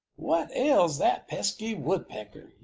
what ails that pesky woodpecker?